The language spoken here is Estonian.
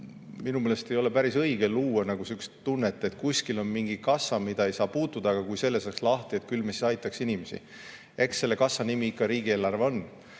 minu meelest ei ole päris õige luua niisugust muljet, et kuskil on mingi kassa, mida ei saa puutuda, aga kui selle saaks lahti, küll me siis aitaks inimesi. Eks selle kassa nimi ikka riigieelarve on.